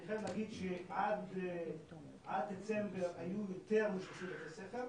אני חייב להגיד שעד דצמבר היו יותר בתי ספר,